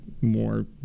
more